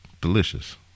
Delicious